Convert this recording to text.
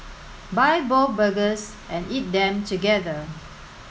buy both burgers and eat them together